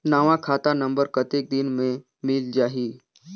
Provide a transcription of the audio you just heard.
नवा खाता नंबर कतेक दिन मे मिल जाही?